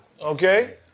okay